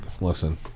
Listen